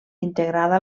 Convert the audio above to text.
integrada